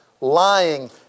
lying